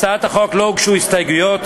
להצעת החוק לא הוגשו הסתייגויות.